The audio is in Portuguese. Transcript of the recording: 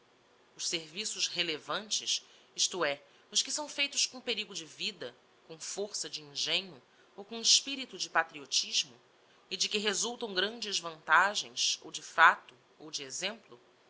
os serviços relevantes isto é os que são feitos com perigo de vida com força de engenho ou com espirito de patriotismo e de que resultam grandes vantagens ou de facto ou de exemplo